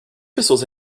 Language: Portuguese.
pessoas